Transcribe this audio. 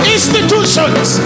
Institutions